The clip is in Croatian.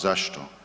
Zašto?